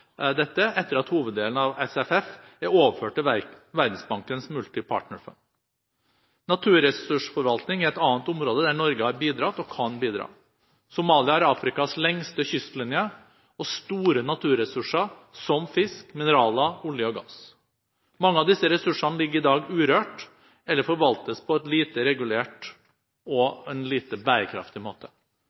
dette etter at hoveddelen av SFF er overført til Verdensbankens Multi Partner Fund. Naturressursforvaltning er et annet område der Norge har bidratt og kan bidra. Somalia har Afrikas lengste kystlinje og store naturressurser som fisk, mineraler, olje og gass. Mange av disse ressursene ligger i dag urørt eller forvaltes på en lite regulert og lite bærekraftig måte.